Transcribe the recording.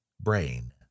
Brain